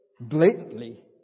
blatantly